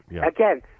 again